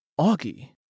Augie